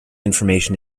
information